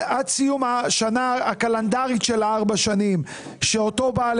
עד סיום השנה הקלנדרית של ארבע השנים שאותו בעל